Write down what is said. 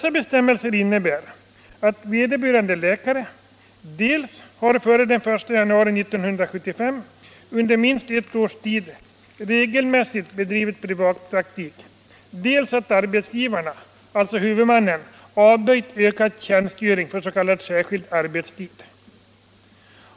Förutsättningarna är dels att vederbörande läkare före den 1 januari 1975 under minst ett års tid regelmässigt bedrivit privatpraktik, dels att arbetsgivaren, alltså huvudmannen, avböjt ökad tjänstgöring på s.k. särskild arbetstid.